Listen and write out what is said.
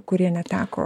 kurie neteko